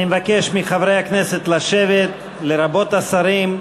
אני מבקש מחברי הכנסת לשבת, לרבות השרים.